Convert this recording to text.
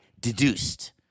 deduced